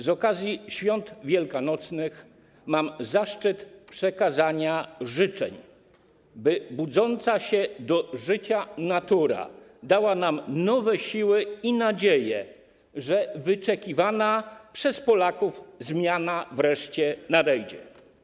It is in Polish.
Z okazji Świąt Wielkanocnych mam zaszczyt przekazać życzenia, by budząca się do życia natura dała nam nowe siły i nadzieję, że wyczekiwana przez Polaków zmiana wreszcie nadejdzie.